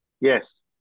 Yes